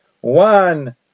One